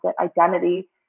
identity